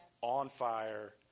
on-fire